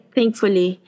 Thankfully